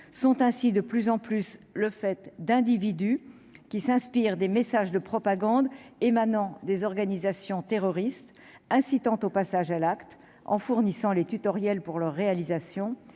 sont ainsi de plus en plus le fait d'individus qui s'inspire des messages de propagande émanant des organisations terroristes, incitant au passage à l'acte en fournissant les tutoriels pour leur réalisation